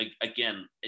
again